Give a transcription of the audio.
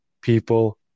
people